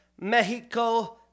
Mexico